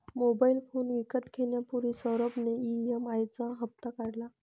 mobile phone विकत घेण्यापूर्वी सौरभ ने ई.एम.आई चा हप्ता काढला